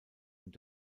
und